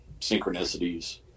synchronicities